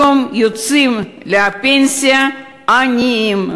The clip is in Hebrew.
היום יוצאים לפנסיה עניים.